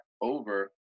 over